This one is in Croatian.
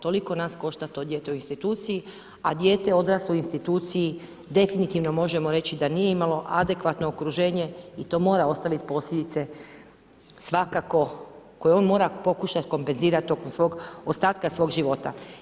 Toliko nas košta to dijete u instituciji, a dijete odraslo u instituciji, definitivno možemo reći da nije imalo adekvatno okruženje i to mora ostaviti posljedice, svakako, koje on mora pokušati kompenzirati oko svog ostatka svog života.